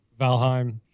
valheim